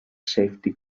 safety